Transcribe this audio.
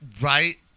Right